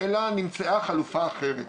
אלא נמצאה חלופה אחרת.